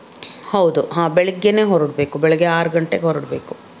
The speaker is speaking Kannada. ಹೌದು ಹಾಂ ಬೆಳಿಗ್ಗೆಯೇ ಹೊರಡಬೇಕು ಬೆಳಿಗ್ಗೆ ಆರು ಗಂಟೆಗೆ ಹೊರಡಬೇಕು